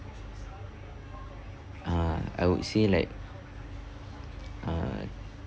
uh I would say like uh